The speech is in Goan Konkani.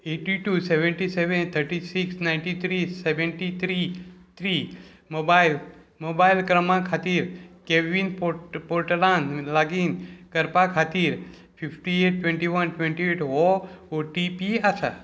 एटी two seventy seven thirty six ninety three seventy three three mobile mobile क्रमांका खातीर कोवीन पोर्टलान लॉगीन करपा खातीर fifty eight twenty one twenty eight हो ओ टी पी आसा